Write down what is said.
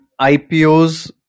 IPOs